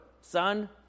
son